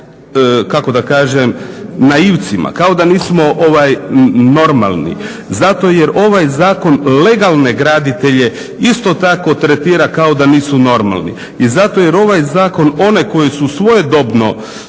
kako da kažem, naivcima, kao da nismo normalni. Zato jer ovaj zakon legalne graditelje isto tako tretira kao da nisu normalni i zato jer ovaj zakon one koji su svojedobno